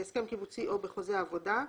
בהסכם קיבוצי או בחזה עבודה,